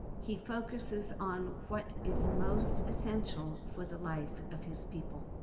he focuses on what is most essential for the life of his people.